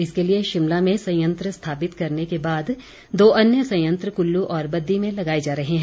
इसके लिए शिमला में संयंत्र स्थापित करने के बाद दो अन्य संयंत्र कुल्लू और बद्दी में लगाए जा रहे हैं